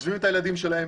עוזבים את הילדים שלכם,